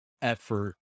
Effort